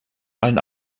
allen